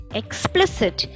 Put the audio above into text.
explicit